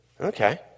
Okay